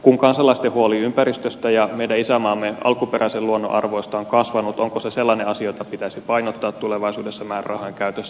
kun kansalaisten huoli ympäristöstä ja meidän isänmaamme alkuperäisen luonnon arvoista on kasvanut niin onko se sellainen asia jota pitäisi painottaa tulevaisuudessa määrärahojen käytössä